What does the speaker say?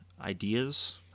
ideas